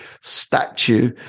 statue